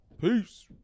Peace